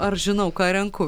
ar žinau ką renku